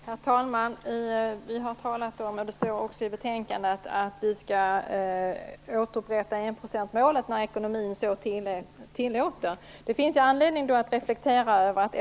Herr talman! Vi har talat om, och det står i betänkandet, att vi skall återupprätta enprocentsmålet när ekonomin så tillåter. Det finns då anledning att reflektera över en sak.